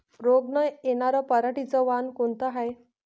रोग न येनार पराटीचं वान कोनतं हाये?